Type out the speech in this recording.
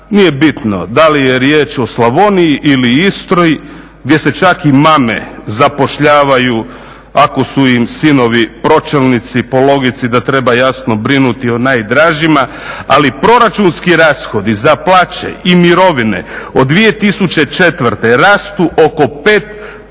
nije bitno da li je riječ o Slavoniji, ili Istri gdje se čak i mame zapošljavaju ako su im sinovi pročelnici, po logici da treba jasno brinuti o najdražima. Ali proračunski rashodi za plaće i mirovine od 2004. rastu oko 5